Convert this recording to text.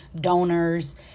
donors